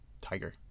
tiger